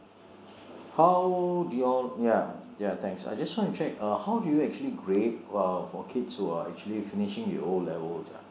how do you all ya ya thanks I just want to check uh how do you actually grade uh for kids who are actually finishing the O levels ah